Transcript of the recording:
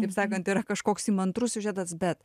kaip sakant yra kažkoks įmantrus siužetas bet